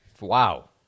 Wow